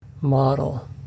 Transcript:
model